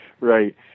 right